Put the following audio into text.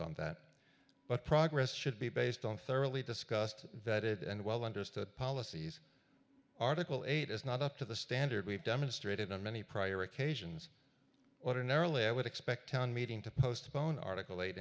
on that but progress should be based on thoroughly discussed that it and well understood policies article eight is not up to the standard we've demonstrated on many prior occasions ordinarily i would expect town meeting to postpone artic